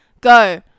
Go